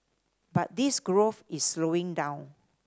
but this growth is slowing down